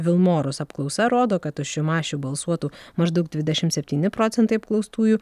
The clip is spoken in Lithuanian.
vilmorus apklausa rodo kad už šimašių balsuotų maždaug dvidešimt septyni procentai apklaustųjų